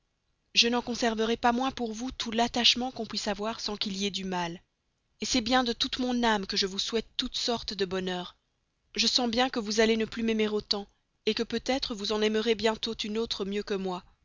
je n'en conserverai pas moins pour vous tout l'attachement qu'on puisse avoir sans qu'il y ait du mal c'est bien de toute mon âme que je vous souhaite toute sorte de bonheur je sens bien que vous allez ne plus m'aimer autant que peut-être vous en aimerez bientôt une autre mieux que moi